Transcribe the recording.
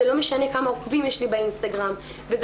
זה לא משנה כמה עוקבים יש לי באינסטרם וזה